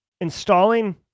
installing